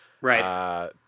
Right